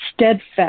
steadfast